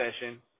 session